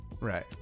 Right